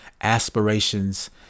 aspirations